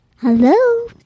Hello